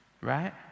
right